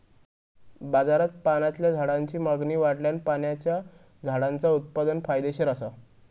बाजारात पाण्यातल्या झाडांची मागणी वाढल्यान पाण्याच्या झाडांचा उत्पादन फायदेशीर असा